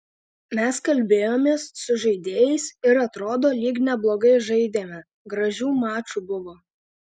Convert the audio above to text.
mes kalbėjomės su žaidėjais ir atrodo lyg neblogai žaidėme gražių mačų buvo